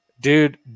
dude